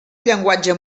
llenguatge